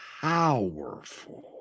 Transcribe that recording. powerful